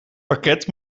parket